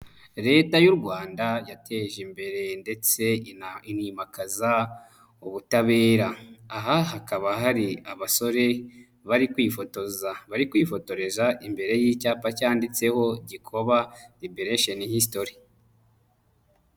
Leta y'u Rwanda yateje imbere ndetse inimakaza ubutabera. Aha hakaba hari abasore bari kwifotoreza ku cyapa cyanditseho Gikoba Liberation History.